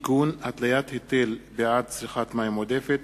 (תיקון, התליית היטל בעד צריכת מים עודפת),